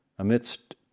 Amidst